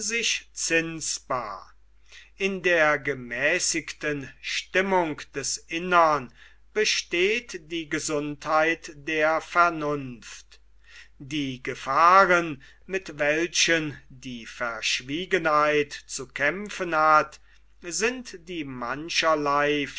zinsbar in der gemäßigten stimmung des innern besteht die gesundheit der vernunft die gefahren mit welchen die verschwiegenheit zu kämpfen hat sind die